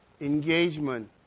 engagement